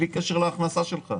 בלי קשר להכנסה שלך,